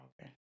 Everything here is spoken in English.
Okay